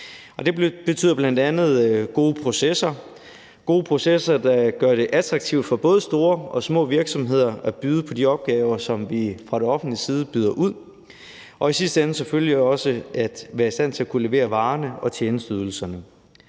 Det betyder bl.a. gode processer, der gør det attraktivt for både store og små virksomheder at byde på de opgaver, som vi fra det offentliges side udbyder – og i sidste ende selvfølgelig også at være i stand til at kunne levere varerne og tjenesteydelserne.